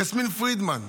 יסמין פרידמן,